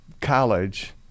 college